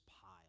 pile